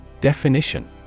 Definition